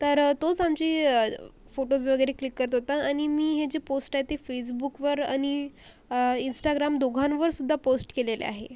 तर तोच आमचे फोटोज वगैरे क्लिक करत होता आणि मी ही जी पोस्ट आहे ती फेसबुकवर आणि इंस्टाग्राम दोघांवरसुद्धा पोस्ट केलेलं आहे